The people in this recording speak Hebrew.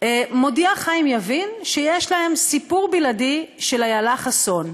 הודיע חיים יבין שיש להם סיפור בלעדי של איילה חסון,